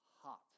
hot